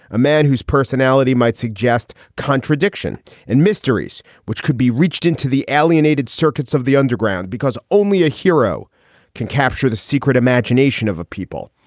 a man whose personality might suggest contradiction and mysteries which could be reached into the alienated circuits of the underground, because only a hero can capture the secret imagination of a people.